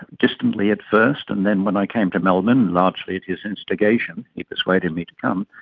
distantly at first, and then when i came to melbourne, largely at his instigation, he persuaded me to come,